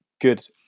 good